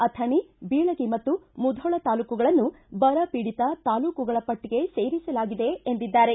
ಅಥಣಿ ಬೀಳಗಿ ಮತ್ತು ಮುಧೋಳ ತಾಲ್ಲೂಕುಗಳನ್ನು ಬರಪೀಡಿತ ತಾಲ್ಲೂಕುಗಳ ಪಟ್ಟಿಗೆ ಸೇರಿಸಲಾಗಿದೆ ಎಂದಿದ್ದಾರೆ